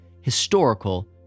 historical